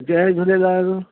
Jay Jhulelal